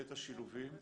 ואת השילובים.